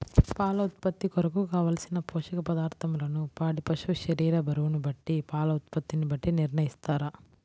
పాల ఉత్పత్తి కొరకు, కావలసిన పోషక పదార్ధములను పాడి పశువు శరీర బరువును బట్టి పాల ఉత్పత్తిని బట్టి నిర్ణయిస్తారా?